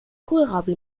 kohlrabi